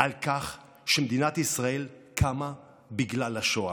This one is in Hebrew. שמדינת ישראל קמה בגלל השואה.